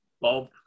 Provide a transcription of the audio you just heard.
Bob